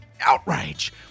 outrage